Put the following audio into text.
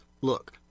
Look